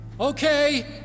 Okay